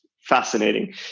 fascinating